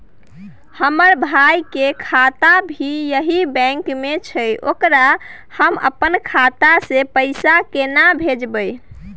हमर भाई के खाता भी यही बैंक में छै ओकरा हम अपन खाता से पैसा केना भेजबै?